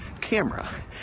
camera